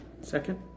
Second